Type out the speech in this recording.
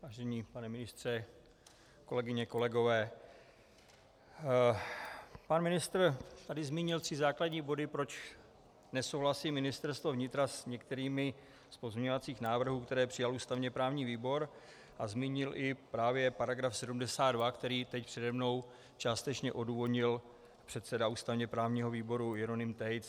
Vážený pane ministře, kolegyně, kolegové, pan ministr tady zmínil tři základní body, proč nesouhlasí Ministerstvo vnitra s některými z pozměňovacích návrhů, které přijal ústavněprávní výbor, a zmínil právě i § 72, který teď přede mnou částečně odůvodnil předseda ústavněprávního výboru Jeroným Tejc.